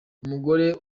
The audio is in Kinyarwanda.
umugore